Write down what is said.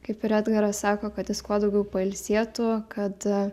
kaip ir edgaras sako kad jis kuo daugiau pailsėtų kad